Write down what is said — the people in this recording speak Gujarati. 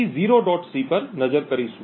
c પર નજર કરીશું